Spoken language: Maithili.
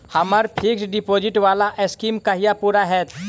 हम्मर फिक्स्ड डिपोजिट वला स्कीम कहिया पूरा हैत?